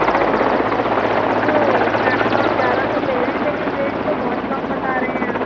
पर हम अब ये तो क्या नाम है आप ज़्यादा तो ले रहे हैं लेकिन रेट तो बहुत कम बता रहे हैं आप